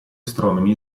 astronomi